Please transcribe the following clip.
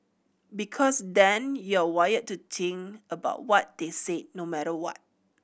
because then you're wired to think about what they said no matter what